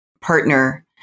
partner